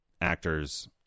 actors